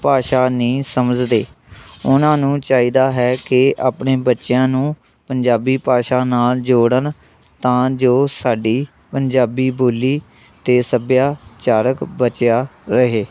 ਭਾਸ਼ਾ ਨਹੀਂ ਸਮਝਦੇ ਉਹਨਾਂ ਨੂੰ ਚਾਹੀਦਾ ਹੈ ਕਿ ਆਪਣੇ ਬੱਚਿਆਂ ਨੂੰ ਪੰਜਾਬੀ ਭਾਸ਼ਾ ਨਾਲ਼ ਜੋੜਨ ਤਾਂ ਜੋ ਸਾਡੀ ਪੰਜਾਬੀ ਬੋਲੀ ਅਤੇ ਸੱਭਿਆਚਾਰਕ ਬਚਿਆ ਰਹੇ